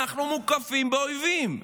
אנחנו מוקפים באויבים.